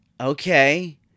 okay